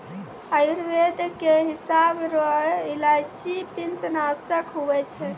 आयुर्वेद के हिसाब रो इलायची पित्तनासक हुवै छै